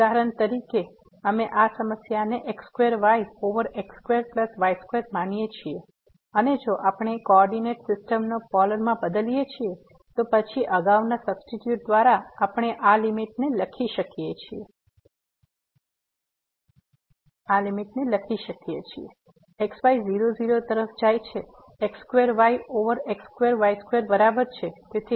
ઉદાહરણ તરીકે અમે આ સમસ્યાને x2 y over x2 plus y2 માનીએ છીએ અને જો આપણે કોઓર્ડિનેટ સિસ્ટમ ને પોલરમાં બદલીએ છીએ તો પછી અગાઉના સબસ્ટીટ્યુટ દ્વારા આપણે આ લીમીટને લખી શકીએ છીએ x y 00 તરફ જાય છે x2 y over x2 y2 બરાબર છે